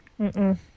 Mm-mm